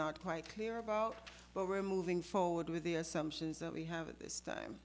not quite clear about but we're moving forward with the assumptions that we have at this time